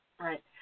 Right